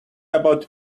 about